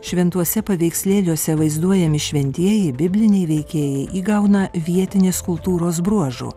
šventuose paveikslėliuose vaizduojami šventieji bibliniai veikėjai įgauna vietinės kultūros bruožų